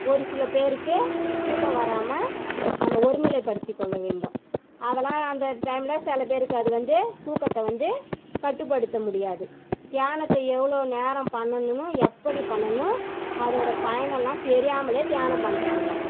ஒரு சில பேருக்கு தூக்கம் வராமல் நம்ம ஒருநிலை படுத்துக்கொள்ள வேண்டும் அதெலாம் அந்த டைமில் சில பேருக்கு அது வந்து தூக்கத்தை வந்து கட்டுப்படுத்த முடியாது தியானத்தை எவ்வளோ நேரம் பண்ணணுன்னு எப்படி பண்ணணும் அதோடய பயனெல்லாம் தெரியாமலே தியானம் பண்ணுறாங்க